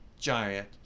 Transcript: giant